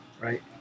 Right